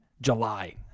July